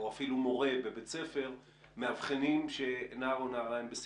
או אפילו מורה בבית ספר מאבחנות נער או נערה בסיכון.